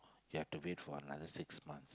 you have to wait for another six months